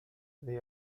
they